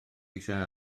eisiau